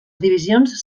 divisions